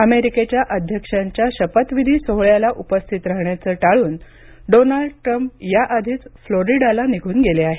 अमेरिकेच्या अध्यक्षांच्या शपथविधी सोहळ्याला उपस्थित राहण्याचं टाळून डोनाल्ड ट्रम्प याआधीच फ्लोरिडाला निघून गेले आहेत